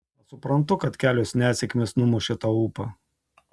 aš suprantu kad kelios nesėkmės numušė tau ūpą